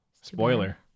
Spoiler